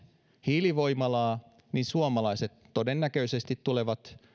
hiilivoimalaa niin suomalaiset todennäköisesti tulevat